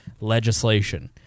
legislation